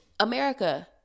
America